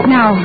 Now